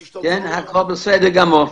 כן, הכול בסדר גמור.